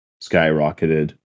skyrocketed